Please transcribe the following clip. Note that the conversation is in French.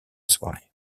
soirée